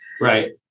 right